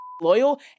loyal